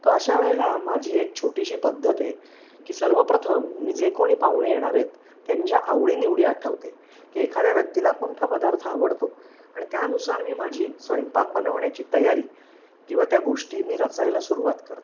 तर अशा वेळेला माझी एक छोटीशी पद्धत आहे की सर्वप्रथम मी जे कोणी पाहुणे येणार आहेत त्यांच्या आवडीनिवडी आठवते की एखाद्या व्यक्तीला कोणता पदार्थ आवडतो आणि त्यानुसार मी माझी स्वयंपाक बनवण्याची तयारी किंवा त्या गोष्टी मी रचायला सुरुवात करते